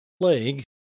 plague